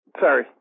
sorry